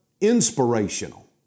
inspirational